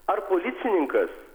ar policininkas